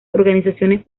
organizaciones